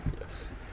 Yes